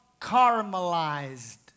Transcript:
caramelized